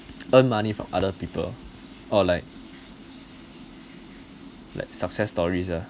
earn money from other people or like like success stories ah